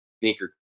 sneaker